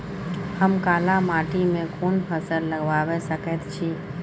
हम काला माटी में कोन फसल लगाबै सकेत छी?